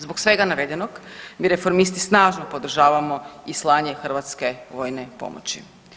Zbog svega navedenog mi Reformisti snažno podržavamo i slanje hrvatske vojne pomoći.